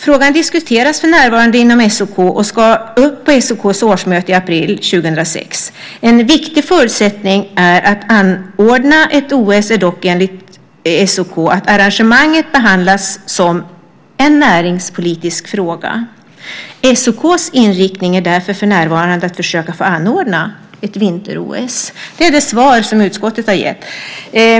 Frågan diskuteras för närvarande inom SOK och ska upp på SOK:s årsmöte i april 2006. En viktig förutsättning för att anordna ett OS är dock enligt SOK att arrangemanget behandlas som en näringspolitisk fråga. - SOK:s inriktning är därför för närvarande att försöka få anordna ett vinter-OS." Det är det svar som utskottet har gett.